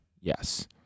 Yes